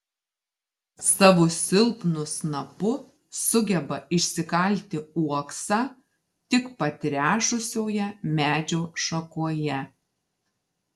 savo silpnu snapu sugeba išsikalti uoksą tik patrešusioje medžio šakoje